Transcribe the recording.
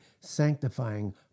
sanctifying